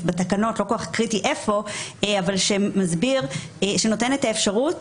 בתקנות זה לא קריטי היכן שנותן את האפשרות